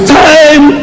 time